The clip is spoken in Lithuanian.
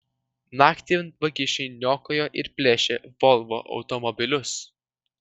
naktį vagišiai niokojo ir plėšė volvo automobilius